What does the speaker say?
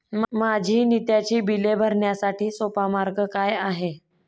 माझी नित्याची बिले भरण्यासाठी सोपा मार्ग काय आहे?